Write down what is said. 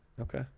Okay